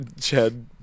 Chad